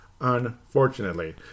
unfortunately